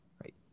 right